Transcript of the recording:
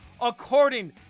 according